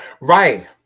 Right